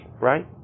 right